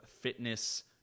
fitness